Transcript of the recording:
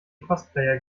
cosplayer